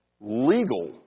legal